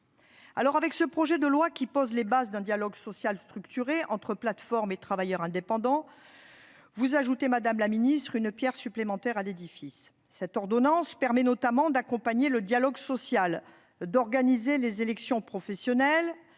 avec ce projet de loi, qui pose les bases d'un dialogue social structuré entre plateformes et travailleurs indépendants, vous ajoutez une pierre à l'édifice. L'ordonnance permet notamment d'accompagner le dialogue social, d'organiser les élections professionnelles,